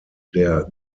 der